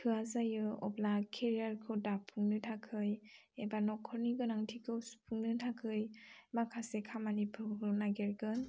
थोआ जायो अब्ला केरियारखौ दाफुंनो थाखाय एबा न'खरनि गोनांथिखौ सुफुंनो थाखाय माखासे खामानिफोरखौ नागिरगोन